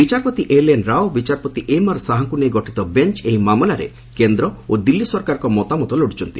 ବିଚାରପତି ଏଲ୍ଏନ୍ ରାଓ ଓ ବିଚାରପତି ଏମ୍ଆର୍ ଶାହାଙ୍କୁ ନେଇ ଗଠିତ ବେଞ୍ ଏହି ମାମଲାରେ କେନ୍ଦ୍ର ଓ ଦିଲ୍ଲୀ ସରକାରଙ୍କ ମତାମତ ଲୋଡ଼ିଛନ୍ତି